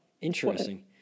Interesting